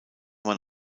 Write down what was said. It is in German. man